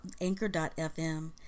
anchor.fm